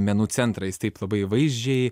menų centrą jis taip labai vaizdžiai